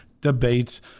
debates